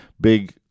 big